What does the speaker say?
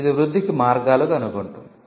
ఇది వృద్ధికి మార్గాలు కనుగొంటుంది